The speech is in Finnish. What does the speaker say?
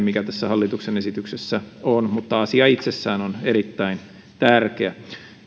mikä tässä hallituksen esityksessä on on hyvin myöhäinen mutta asia itsessään on erittäin tärkeä